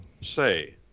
say